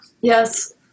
Yes